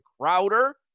Crowder